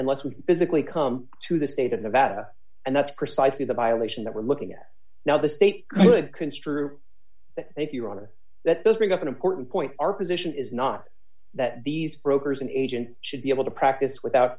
unless we physically come to the state of nevada and that's precisely the violation that we're looking at now the state could construe i think your honor that this brings up an important point our position is not that these brokers an agent should be able to practice without